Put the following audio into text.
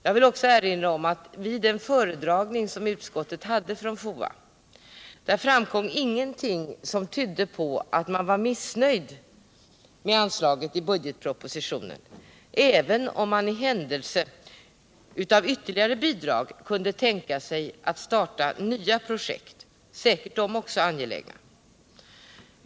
Jag vill också erinra om att vid en föredragning inför utskottet av representanter från FOA framkom ingenting som tydde på att man var missnöjd med anslaget i budgetpropositionen, även om man för den händelse man skulle få ytterligare bidrag kunde tänka sig att starta nya projekt — säkert också angelägna.